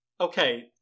Okay